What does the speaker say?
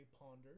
pondered